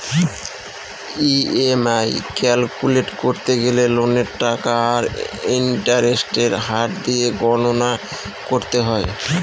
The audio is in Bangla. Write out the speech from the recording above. ই.এম.আই ক্যালকুলেট করতে গেলে লোনের টাকা আর ইন্টারেস্টের হার দিয়ে গণনা করতে হয়